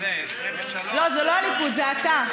לא, זה לא הליכוד, זה אתה.